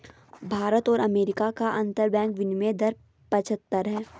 भारत और अमेरिका का अंतरबैंक विनियम दर पचहत्तर है